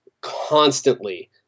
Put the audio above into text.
constantly